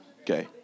Okay